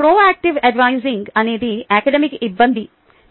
proactive అడ్వైజింగ్సలహా అనేది academic ఇబ్బంది